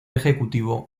ejecutivo